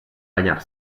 banyar